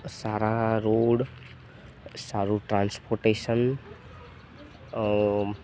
સારા road સારું transportation